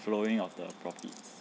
flowing of the profits